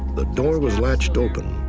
the door was latched open,